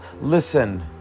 listen